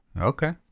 okay